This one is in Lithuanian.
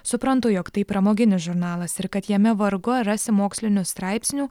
suprantu jog tai pramoginis žurnalas ir kad jame vargu ar rasi mokslinių straipsnių